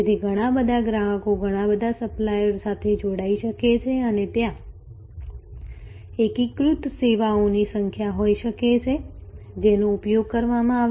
તેથી ઘણા બધા ગ્રાહકો ઘણા બધા સપ્લાયરો સાથે જોડાઈ શકે છે અને ત્યાં એકીકૃત સેવાઓની સંખ્યા હોઈ શકે છે જેનો ઉપયોગ કરવામાં આવશે